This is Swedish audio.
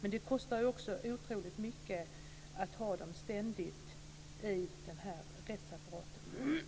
Men det kostar också otroligt mycket att ständigt ha dem i rättsapparaten.